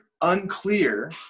unclear